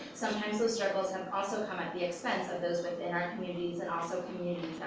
sometimes those struggles have also come at the expense of those within our communities, and also communities